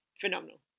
phenomenal